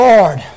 Lord